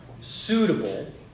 suitable